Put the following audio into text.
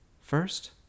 First